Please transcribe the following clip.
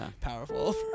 powerful